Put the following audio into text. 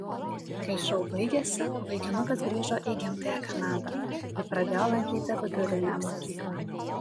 kai šou baigėsi vaikinukas grįžo į gimtąją kanadą ir pradėjo lankyti vidurinę mokyklą